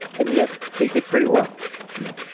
and yet they did pretty well yep,